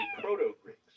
proto-Greeks